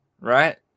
Right